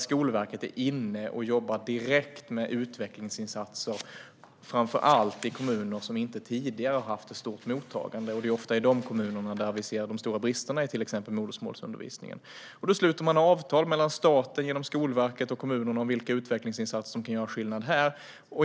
Skolverket jobbar direkt med utvecklingsinsatser framför allt i kommuner som inte tidigare har haft ett stort mottagande. Det är ofta i de kommunerna vi ser de stora bristerna i till exempel modersmålsundervisningen. Man sluter avtal mellan staten, genom Skolverket, och kommunerna om vilka utvecklingsinsatser som kan göra skillnad.